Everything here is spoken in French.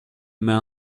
mais